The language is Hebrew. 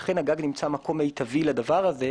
לכן הגג נמצא במקום מיטבי לדבר הזה.